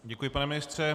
Děkuji, pane ministře.